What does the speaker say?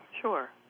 Sure